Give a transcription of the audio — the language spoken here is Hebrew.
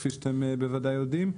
כפי שאתם בוודאי יודעים.